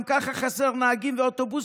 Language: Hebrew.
גם ככה חסרים נהגים באוטובוסים,